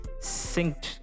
synced